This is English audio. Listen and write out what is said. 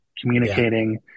communicating